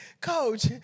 coach